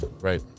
Right